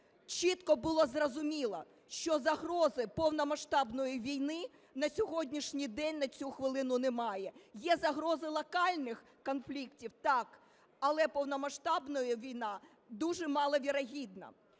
чітко було зрозуміло, що загрози повномасштабної війни на сьогоднішній день на цю хвилину немає, є загрози локальних конфліктів, так, але повномасштабна війна дуже маловірогідна.